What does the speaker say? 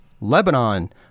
Lebanon